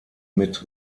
mit